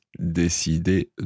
décider